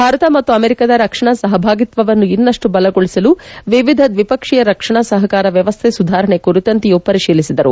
ಭಾರತ ಮತ್ತು ಅಮೆರಿಕಾದ ರಕ್ಷಣಾ ಸಹಭಾಗಿತ್ವವನ್ನು ಇನ್ನಷ್ಟು ಬಲಗೊಳಿಸಲು ವಿವಿಧ ದ್ವಿಪಕ್ಷೀಯ ರಕ್ಷಣಾ ಸಹಕಾರ ವ್ವವಸ್ಥೆ ಸುಧಾರಣೆ ಕುರಿತಂತೆಯೂ ಪರಿಶೀಲಿಸಿದರು